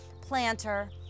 planter